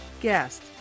guest